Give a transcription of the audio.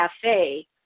cafe